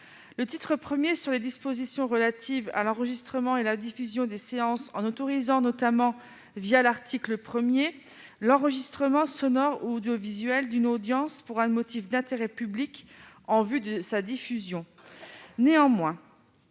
Le titre I contient des dispositions relatives à l'enregistrement et à la diffusion des séances. Il autorise notamment, l'article 1, l'enregistrement sonore ou audiovisuel d'une audience pour un motif d'intérêt public en vue de sa diffusion. Néanmoins,